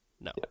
No